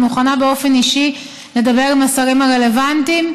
אני מוכנה באופן אישי לדבר עם השרים הרלוונטיים,